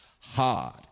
hard